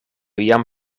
jam